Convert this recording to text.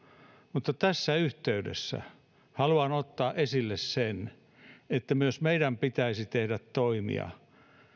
mutta tässä yhteydessä haluan ottaa esille sen että myös meidän pitäisi tehdä toimia